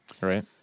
right